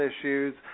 issues